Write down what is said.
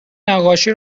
نقاشی